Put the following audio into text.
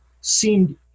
seemed